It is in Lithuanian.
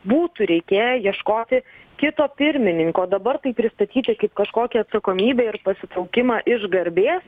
būtų reikėję ieškoti kito pirmininko dabar tai pristatyti kaip kažkokią atsakomybę ir pasitraukimą iš garbės